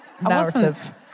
narrative